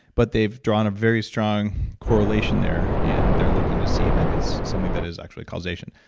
but they've drawn a very strong correlation there, and they're looking to see that it's something that is actually causation.